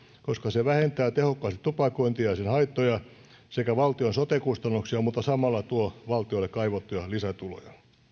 koska se vähentää tehokkaasti tupakointia ja sen haittoja sekä valtion sote kustannuksia mutta samalla tuo valtiolle kaivattuja lisätuloja